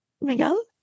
Miguel